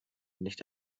nicht